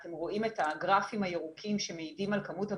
אתם רואים את הגרפים הירוקים שמעידים על כמות המאומתים.